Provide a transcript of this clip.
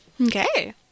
Okay